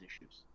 issues